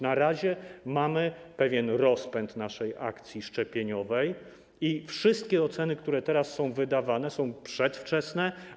Na razie mamy pewien rozpęd naszej akcji szczepieniowej i wszystkie oceny, które teraz są wydawane, są przedwczesne.